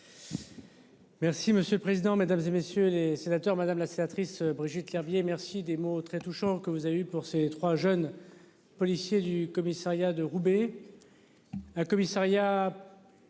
Merci monsieur le président, Mesdames, et messieurs les sénateurs, madame la sénatrice Brigitte Lherbier merci. Des mots très touchants, que vous avez eu pour ces trois jeunes policiers du commissariat de Roubaix.